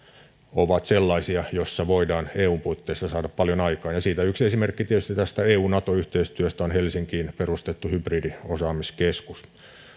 ovat sellaisia joissa voidaan eun puitteissa saada paljon aikaan siitä yksi esimerkki tästä eu nato yhteistyöstä on tietysti helsinkiin perustettu hybridiosaamiskeskus